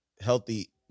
healthy